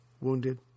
wounded